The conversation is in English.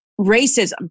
racism